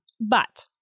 But-